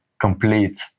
complete